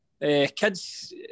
kids